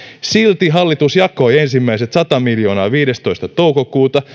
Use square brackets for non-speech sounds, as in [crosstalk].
silti hallitus jakoi ensimmäiset sata miljoonaa viidestoista toukokuuta [unintelligible]